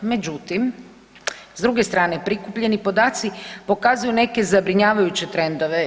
Međutim, s druge strane prikupljeni podaci pokazuju neke zabrinjavajuće trendove.